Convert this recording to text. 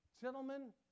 gentlemen